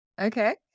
okay